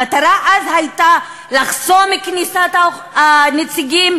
המטרה אז הייתה לחסום כניסת הנציגים